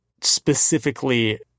specifically